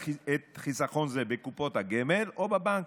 חיסכון זה בקופות הגמל או בבנקים.